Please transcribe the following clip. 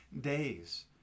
days